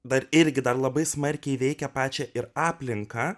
dar irgi dar labai smarkiai veikia pačią ir aplinką